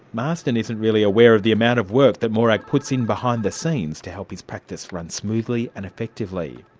marsden isn't really aware of the amount of work that morag puts in behind the scenes to help his practice run smoothly and effectively.